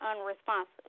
unresponsive